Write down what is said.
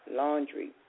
laundry